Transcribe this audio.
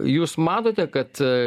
jūs matote kad